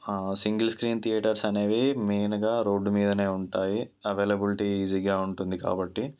single screen theatres అనేవి మెయిన్గా road మీదనే ఉంటాయి అవైలబిలిటీ ఈజీగా ఉంటుంది కాబట్టి